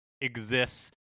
exists